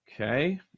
Okay